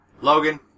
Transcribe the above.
Logan